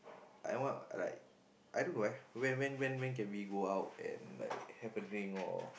I want like I look like when when when can we go out and have a drink or